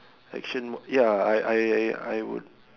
action m~ ya I I I would